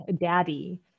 daddy